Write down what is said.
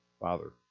Father